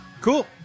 Cool